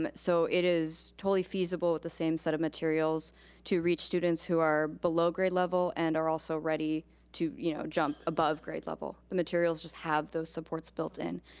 um so it is totally feasible with the same set of materials to reach students who are below grade level and are also ready to you know jump above grade level. the materials just have those supports built in.